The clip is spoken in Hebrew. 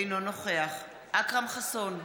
אינו נוכח אכרם חסון,